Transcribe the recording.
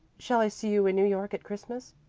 shall i see you in new york at christmas?